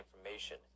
information